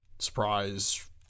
surprise